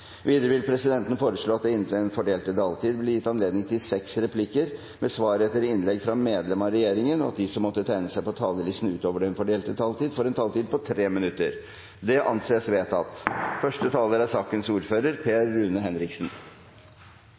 Videre vil presidenten foreslå at det – innenfor den fordelte taletid – blir gitt anledning til inntil fem replikker med svar etter innlegg fra medlemmer av regjeringen, og at de som måtte tegne seg på talerlisten utover den fordelte taletid, får en taletid på inntil 3 minutter. – Det anses vedtatt.